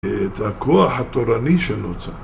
את הכוח התורני שנוצר